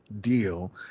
deal